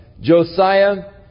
Josiah